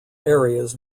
areas